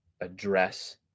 address